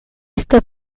este